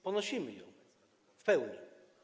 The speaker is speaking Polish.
Ponosimy ją w pełni.